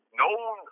known